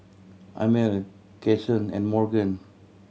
Amil Cason and Morgan